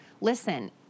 Listen